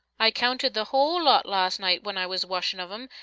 i counted the whole lot last night when i was washin' of em,